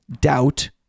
doubt